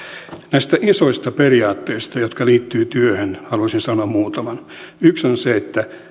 näistä isoista periaatteista jotka liittyvät työhön haluaisin sanoa muutaman yksi on se että